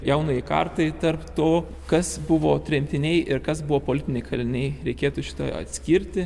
jaunajai kartai tarp to kas buvo tremtiniai ir kas buvo politiniai kaliniai reikėtų šitai atskirti